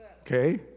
okay